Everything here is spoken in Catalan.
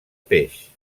peix